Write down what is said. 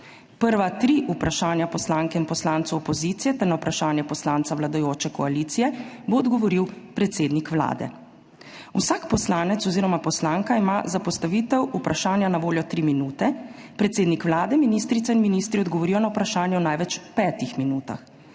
prva tri vprašanja poslank in poslancev opozicije ter na vprašanje poslanca vladajoče koalicije bo odgovoril predsednik Vlade. Vsak poslanec oziroma poslanka ima za postavitev vprašanja na voljo tri minute, predsednik Vlade, ministrice in ministri odgovorijo na vprašanje v največ petih minutah.